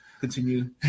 continue